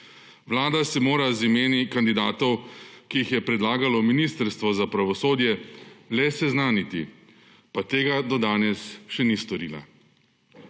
Vlada se mora z imeni kandidatov, ki jih je predlagalo ministrstvo za pravosodje, le seznaniti, pa tega do danes še ni storila.